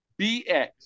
BX